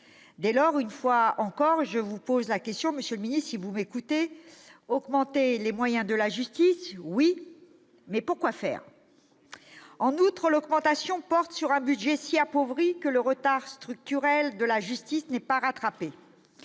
Dès lors, une fois encore, je vous pose la question, monsieur le secrétaire d'État : augmenter les moyens de la justice, oui, mais pour quoi faire ? En outre, l'augmentation porte sur un budget si appauvri que le « retard structurel » de la justice n'est pas rattrapé.